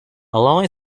along